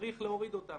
צריך להוריד אותן.